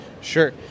Sure